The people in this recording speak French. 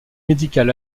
médical